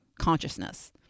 consciousness